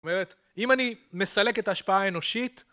זאת אומרת אם אני מסלק את ההשפעה האנושית